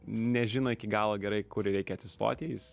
nežino iki galo gerai kur reikia atsistoti jis